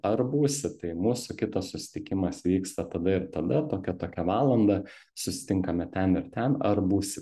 ar būsi tai mūsų kitas susitikimas vyksta tada ir tada tokią tokią valandą susitinkame ten ir ten ar būsi